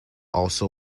also